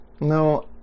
no